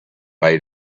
made